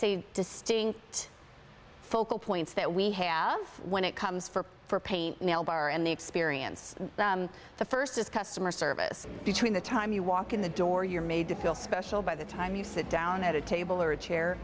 say distinct focal points that we have when it comes for for pain mail bar and the experience the first is customer service between the time you walk in the door or you're made to feel special by the time you sit down at a table or a chair